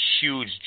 huge